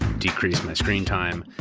decrease my screen time.